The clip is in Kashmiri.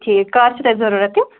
ٹھیٖک کَر چھُو تۄہہِ ضروٗرَتھ یِم